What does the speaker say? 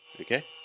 okay